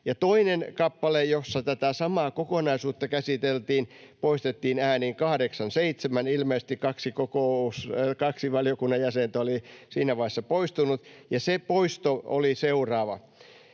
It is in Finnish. Toinen kappale, jossa tätä samaa kokonaisuutta käsiteltiin, poistettiin äänin 8—7. Ilmeisesti kaksi valiokunnan jäsentä oli siinä vaiheessa poistunut, ja se poisto oli seuraava: